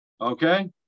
okay